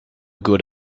good